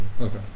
Okay